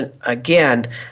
again